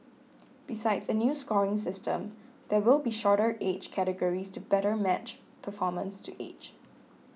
besides a new scoring system there will be shorter age categories to better match performance to age